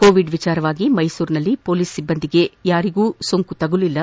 Covid ವಿಚಾರವಾಗಿ ಮೈಸೂರಿನಲ್ಲಿ police ಒಬ್ಬಂದಿಗೆ ಯಾರಿಗೂ ಕೊರೋನಾ ಬಂದಿಲ್ಲ